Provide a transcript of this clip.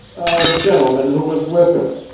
a gentleman who was with him,